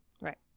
Right